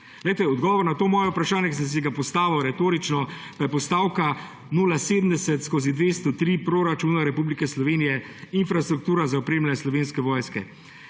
Odgovor na to moje vprašanje, ki sem si ga postavil retorično, postavka 0,70/203 proračuna Republike Slovenije, infrastruktura za opremljanje Slovenske vojske.